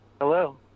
Hello